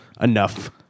enough